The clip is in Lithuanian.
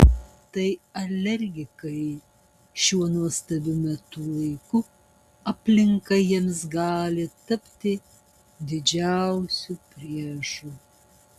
tai alergikai šiuo nuostabiu metų laiku aplinka jiems gali tapti didžiausiu priešu